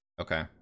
Okay